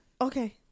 Okay